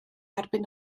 erbyn